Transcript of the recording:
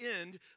end